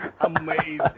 Amazing